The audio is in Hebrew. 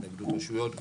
התנגדות רשויות,